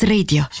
Radio